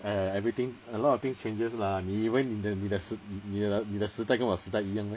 ah everything a lot of things changes lah 你以为你的你的时你的时代跟我的时代一样 meh